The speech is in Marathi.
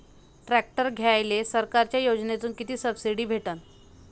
ट्रॅक्टर घ्यायले सरकारच्या योजनेतून किती सबसिडी भेटन?